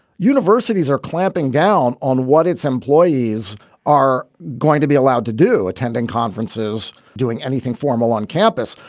universities are clamping down on what its employees are going to be allowed to do, attending conferences, doing anything formal on campus.